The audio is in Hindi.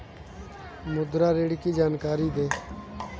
मुद्रा ऋण की जानकारी दें?